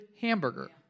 hamburger